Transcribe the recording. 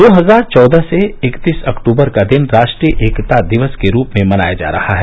दो हजार चौदह से इकतीस अक्टूबर का दिन राष्ट्रीय एकता दिवस के रूप में मनाया जा रहा है